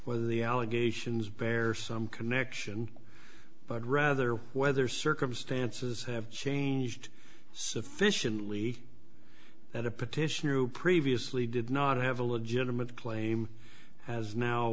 whether the allegations bear some connection but rather whether circumstances have changed sufficiently that a petitioner who previously did not have a legitimate claim has now